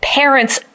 parents